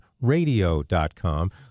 radio.com